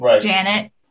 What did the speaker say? Janet